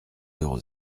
zéro